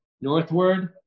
northward